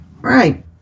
Right